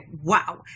wow